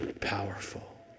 powerful